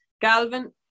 Galvin